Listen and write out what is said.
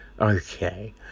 okay